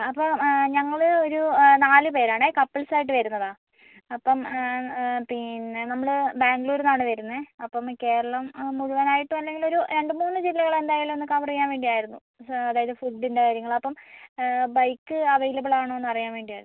അപ്പോൾ ഞങ്ങൾ ഒരു നാലു പേരാണേ കപ്പിള്സ് ആയിട്ട് വരുന്നതാണ് അപ്പം പിന്നെ നമ്മൾ ബാംഗ്ലൂരിൽ നിന്നാണേ വരുന്നത് അപ്പം കേരളം മുഴുവനായിട്ടും അല്ലെങ്കിൽ ഒരു രണ്ടു മൂന്നു ജില്ലകൾ എന്തായാലും ഒന്ന് കവർ ചെയ്യാന് വേണ്ടി ആയിരുന്നു അതായത് ഫുഡിന്റെ കാര്യങ്ങൾ അപ്പം ബൈക്ക് അവൈലബിള് ആണോ എന്ന് അറിയാന് വേണ്ടിയായിരുന്നു